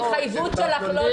אז מה עם ההתחייבות שלך לא לפרוש?